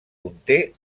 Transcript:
conté